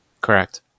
Correct